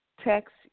text